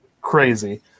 crazy